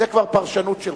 זה כבר פרשנות שלך.